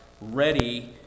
ready